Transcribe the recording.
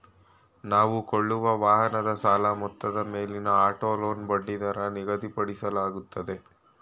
ನಾವು ಕೊಳ್ಳುವ ವಾಹನದ ಸಾಲದ ಮೊತ್ತದ ಮೇಲೆ ಆಟೋ ಲೋನ್ ಬಡ್ಡಿದರ ನಿಗದಿಪಡಿಸಲಾಗುತ್ತದೆ